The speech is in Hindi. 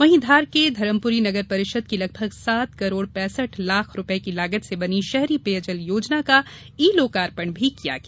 वहीं धार के धरमपूरी नगर परिषद की लगभग सात करोड़ पैसठ लाख रूपये की लागत से बनी शहरी पेयजल योजना का ई लोकार्पण किया गया